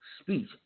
speech